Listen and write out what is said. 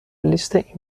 لیست